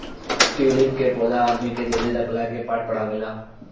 tulip के पौधा आदमी के धैर्य रखला के पाठ पढ़ावेला